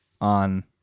on